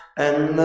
and